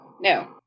no